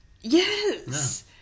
Yes